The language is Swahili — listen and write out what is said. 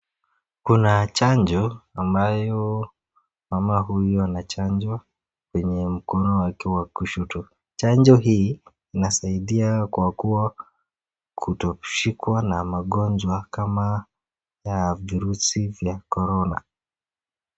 Kuna chanjo ambayo mama huyo anachanjwa kwenye mkono wa kushuto chanjo hili, inasaidia kwa kutoshikwa na magonjwa kama ya virusi ya korona.